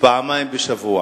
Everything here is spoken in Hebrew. פעמיים בשבוע.